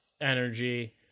energy